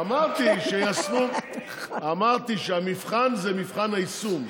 אמרתי שהמבחן זה מבחן היישום,